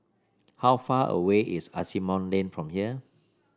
how far away is Asimont Lane from here